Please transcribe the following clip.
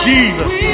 Jesus